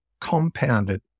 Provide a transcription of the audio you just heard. compounded